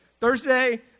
Thursday